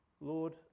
Lord